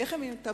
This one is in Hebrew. איך הן יתמרנו?